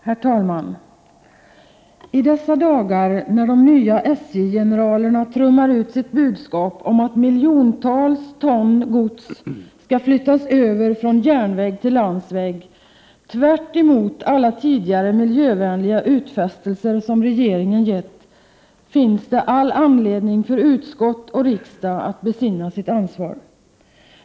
Herr talman! I dessa dagar när de nya SJ-generalerna trummar ut sitt budskap om att miljontals ton gods skall flyttas över från järnväg till landsväg, tvärtemot alla tidigare miljövänliga utfästelser som regeringen gett, finns det all anledning för utskott och riksdag att besinna sitt ansvar.